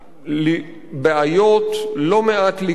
בעיות, לא מעט ליקויים, לא מעט קשיים,